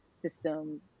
system